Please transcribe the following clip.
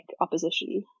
opposition